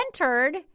entered